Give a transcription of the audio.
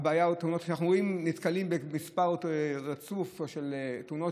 כשאנחנו נתקלים במספר רצוף של תאונות